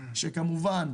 שכמובן,